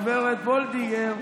הגב' וולדיגר,